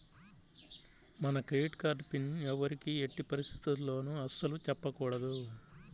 మన credit card PIN ఎవ్వరికీ ఎట్టి పరిస్థితుల్లోనూ అస్సలు చెప్పకూడదు